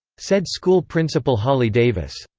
said school principal holly davis,